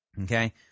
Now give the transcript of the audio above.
okay